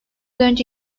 önce